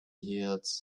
heels